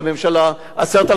10,000 שוטרים,